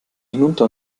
hinunter